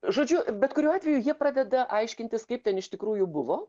žodžiu bet kuriuo atveju jie pradeda aiškintis kaip ten iš tikrųjų buvo